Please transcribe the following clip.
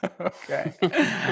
Okay